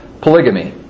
polygamy